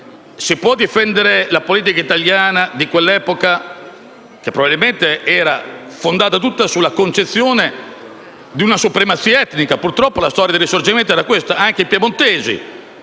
si può difendere la politica italiana di quell'epoca, che probabilmente era fondata tutta sulla concezione di una supremazia etnica? Purtroppo la storia del Risorgimento era questa. Anche i piemontesi